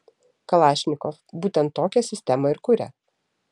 kalašnikov būtent tokią sistemą ir kuria